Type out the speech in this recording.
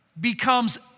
becomes